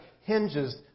hinges